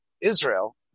Israel